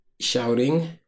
shouting